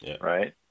Right